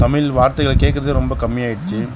தமிழ் வார்த்தைகளை கேக்கிறதே ரொம்ப கம்மி ஆகிடுச்சு